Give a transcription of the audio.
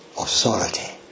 authority